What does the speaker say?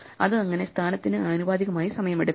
അത് അങ്ങനെ സ്ഥാനത്തിന് ആനുപാതികമായി സമയം എടുക്കും